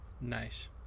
Nice